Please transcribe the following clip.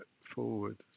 forward